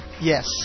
Yes